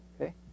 Okay